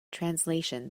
translation